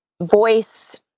voice